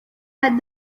had